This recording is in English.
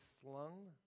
slung